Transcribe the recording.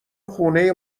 خونه